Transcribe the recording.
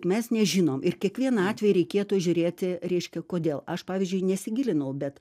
mes nežinom ir kiekvieną atvejį reikėtų žiūrėti reiškia kodėl aš pavyzdžiui nesigilinau bet